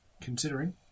considering